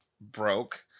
broke